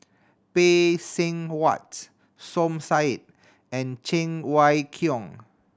Phay Seng Whatt Som Said and Cheng Wai Keung